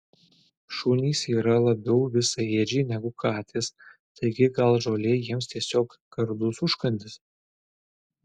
šunys yra labiau visaėdžiai negu katės taigi gal žolė jiems tiesiog gardus užkandis